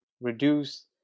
reduce